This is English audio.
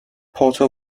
porter